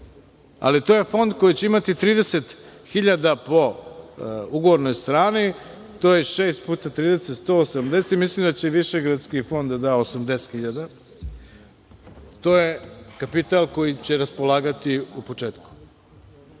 ali to je fond koji će imati 30.000 po ugovornoj strani, to je 180 i mislim da će Višegradski fond da, da 80.000. To je kapital kojim će raspolagati u početku.